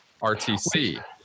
RTC